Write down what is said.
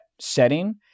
setting